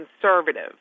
conservative